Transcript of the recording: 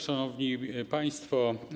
Szanowni Państwo!